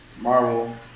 Marvel